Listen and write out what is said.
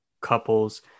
couples